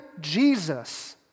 Jesus